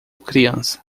criança